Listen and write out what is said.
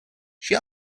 she